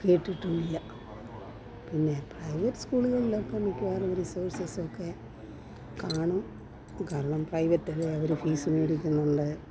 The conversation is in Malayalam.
കേട്ടിട്ടുമില്ല പിന്നെ പ്രൈവറ്റ് സ്കൂളുകളിലൊക്കെ മിക്കവാറും റിസോഴ്സ്സൊക്കെ കാണും കാരണം പ്രൈവറ്റല്ലേ അവരും ഫീസുമേടിക്കുന്നുണ്ട്